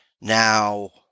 Now